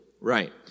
Right